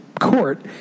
court